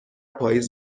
پاییز